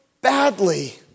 badly